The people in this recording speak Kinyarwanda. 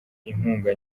inkunga